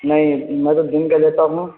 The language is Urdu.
نہیں میں تو دن کے لیتا ہوں